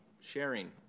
sharing